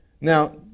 Now